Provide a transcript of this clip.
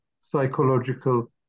psychological